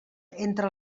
entre